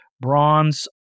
bronze